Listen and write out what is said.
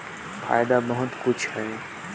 समाजिक योजना कर कौन का फायदा है?